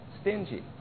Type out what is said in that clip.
stingy